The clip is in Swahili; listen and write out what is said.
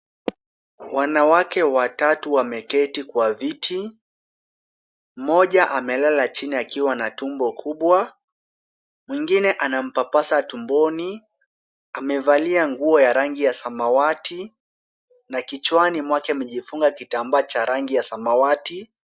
Wanawake watatu wameketi kwa viti. Mmoja amelala chini akiwa na tumbo kubwa, mwingine anampapasa tumboni. Amevalia nguo ya rangi ya samawati na kichwani mwake amejifunga kitambaa cha rangi ya samawati.